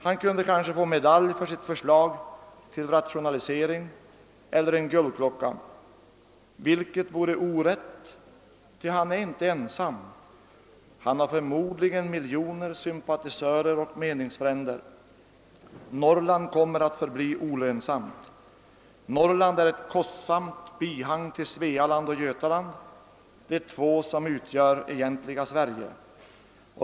Han kunde kanske få medalj för sitt förslag till rationalisering — eller kan ske en guldklocka. Vilket vore orätt — ty han är inte ensam. Han har förmodligen miljoner sympatisörer och meningsfränder. Norrland kommer att förbli olönsamt. Norrland är ett kostsamt bihang till Svealand och Götaland — de två utgör det egentliga Sverige.